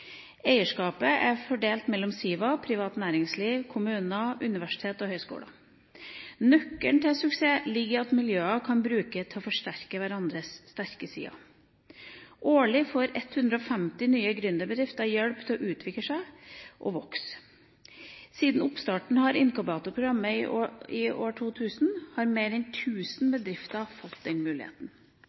Eierskapet er fordelt mellom SIVA, privat næringsliv, kommuner, universiteter og høyskoler. Nøkkelen til suksess ligger i at miljøene kan bruke hverandres sterke sider. Årlig får 150 nye gründerbedrifter hjelp til å utvikle seg og vokse. Siden oppstarten av inkubatorprogrammet i 2000 har mer enn 1 000 bedrifter fått denne muligheten.